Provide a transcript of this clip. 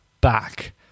back